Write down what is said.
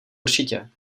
určitě